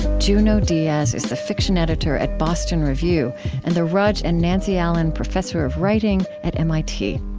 junot diaz is the fiction editor at boston review and the rudge and nancy allen professor of writing at mit.